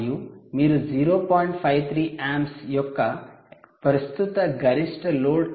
53 amps యొక్క ప్రస్తుత గరిష్ట లోడ్ కరెంట్తో 3